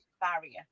barrier